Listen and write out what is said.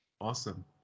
Awesome